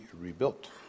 rebuilt